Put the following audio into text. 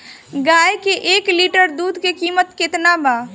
गाय के एक लिटर दूध के कीमत केतना बा?